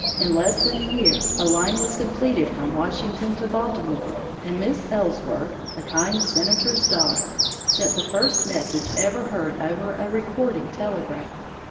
in less than a year a line was completed from washington to baltimore, and miss ellsworth, the kind senator's daughter, sent the first message ever heard over a recording telegraph.